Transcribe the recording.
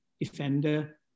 defender